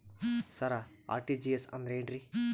ಸರ RTGS ಅಂದ್ರ ಏನ್ರೀ?